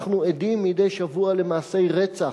אנחנו עדים מדי שבוע למעשי רצח.